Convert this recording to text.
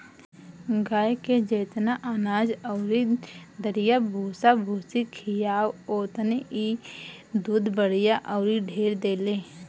गाए के जेतना अनाज अउरी दरिया भूसा भूसी खियाव ओतने इ दूध बढ़िया अउरी ढेर देले